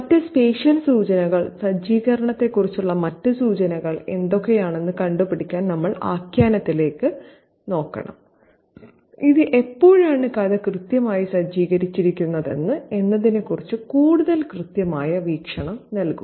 മറ്റ് സ്പേഷ്യൽ സൂചനകൾ സജ്ജീകരണത്തെക്കുറിച്ചുള്ള മറ്റ് സൂചനകൾ എന്തൊക്കെയാണെന്ന് കണ്ടുപിടിക്കാൻ നമ്മൾ ആഖ്യാനത്തിലേക്ക് നോക്കണം ഇത് എപ്പോഴാണ് കഥ കൃത്യമായി സജ്ജീകരിച്ചിരിക്കുന്നത് എന്നതിനെക്കുറിച്ചുള്ള കൂടുതൽ കൃത്യമായ വീക്ഷണം നൽകും